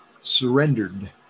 surrendered